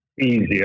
easier